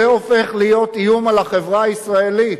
זה הופך להיות איום על החברה הישראלית.